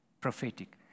prophetic